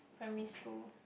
primary school